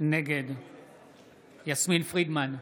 נגד יסמין פרידמן,